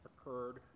occurred